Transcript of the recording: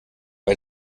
bei